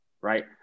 Right